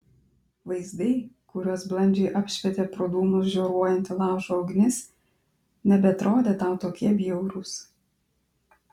vaizdai kuriuos blandžiai apšvietė pro dūmus žioruojanti laužo ugnis nebeatrodė tau tokie bjaurūs